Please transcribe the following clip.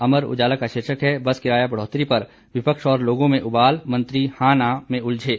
अमर उजाला का शीर्षक है बस किराया बढ़ोतरी पर विपक्ष और लोगों में उबाल मंत्री हां ना में उलझे